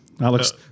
Alex